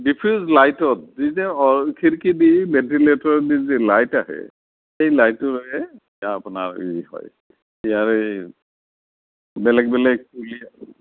লাইটত যেতিয়া খিৰিকী দি ভেণ্টিলেটৰ দি যে লাইট আহে সেই লাইটেৰে আপোনাৰ ই হয় ইয়াৰে বেলেগ বেলেগ পুলি